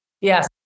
Yes